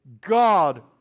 God